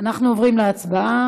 אנחנו עוברים להצבעה.